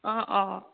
অঁ অঁ